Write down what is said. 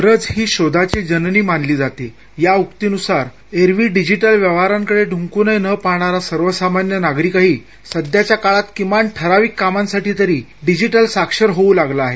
गरज ही शोधाची जननी मानली जाते या उक्तीनुसार एरवी डिजिटल व्यवहाराकडे ढुंकूनही न पाहणारा सर्वसामान्य नागरिकही सध्याच्या काळात किमान ठराविक कामासाठी तरी डिजिटल साक्षर होऊ लागला आहे